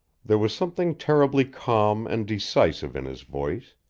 there was something terribly calm and decisive in his voice.